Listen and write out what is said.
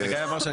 אני אומר עוד